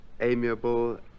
amiable